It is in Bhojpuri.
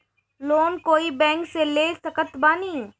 लोन कोई बैंक से ले सकत बानी?